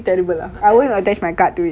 I won't attach my card to it